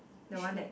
which feet